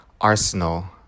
Arsenal